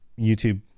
YouTube